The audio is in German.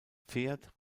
pferd